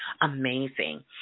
amazing